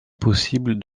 possible